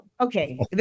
Okay